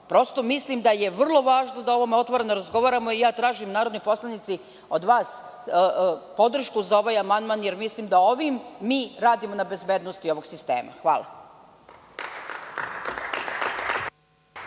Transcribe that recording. ostalo. Mislim da je vrlo važno da o ovome otvoreno razgovaramo i ja tražim od vas, narodni poslanici, podršku za ovaj amandman, jer mislim da ovim mi radimo na bezbednosti ovog sistema. Hvala.